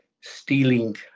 stealing